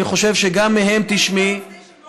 אני חושב שגם מהם תשמעי, לפני כן לא נרתמתם.